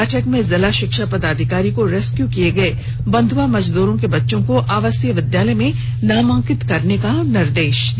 बैठक में उपायुक्त ने जिला शिक्षा पदाधिकारी को रेस्क्यू किये गये बंधुआ मजदूरों के बच्चों को आवासीय विद्यालय में नामांकित करने का निर्देश दिया